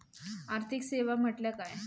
आर्थिक सेवा म्हटल्या काय?